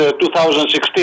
2016